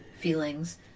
Feelings